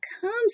comes